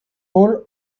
all